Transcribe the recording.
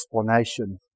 explanation